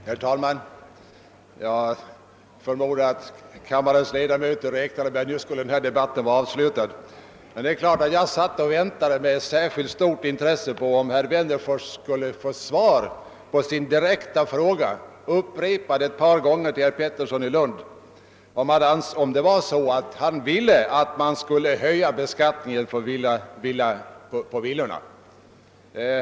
Herr talman! Jag förmodar att kammarens ledamöter räknade med att denna debatt nu skulle vara avslutad. Självfallet väntade jag med stort intresse på om herr Wennerfors skulle få svar på sin direkta fråga till herr Pettersson i Lund, som han upprepade ett par gånger, huruvida denne ville att beskattningen på villorna skulle höjas.